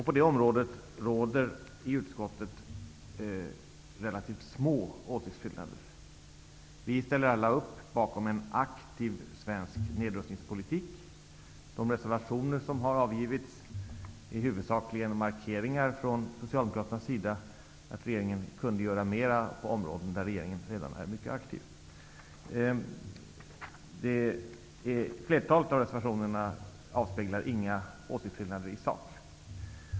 På det området råder relativt små åsiktsskillnader i utskottet. Vi ställer alla upp bakom en aktiv svensk nedrustningspolitik. De reservationer som har avgivits är huvudsakligen markeringar från Socialdemokraternas sida av att regeringen kunde göra mera på områden där regeringen redan är mycket aktiv. Flertalet reservationer avspeglar inga åsiktsskillnader i sak.